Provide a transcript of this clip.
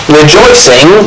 rejoicing